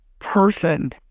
person